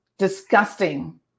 disgusting